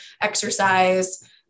exercise